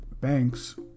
banks